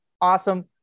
Awesome